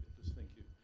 this thank you.